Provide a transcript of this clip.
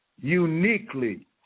uniquely